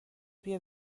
بیا